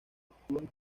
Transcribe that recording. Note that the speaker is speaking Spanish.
actúan